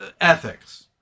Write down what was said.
ethics